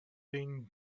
been